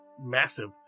massive